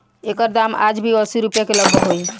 एकर दाम आज भी असी रुपिया के लगभग होई